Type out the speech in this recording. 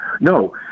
no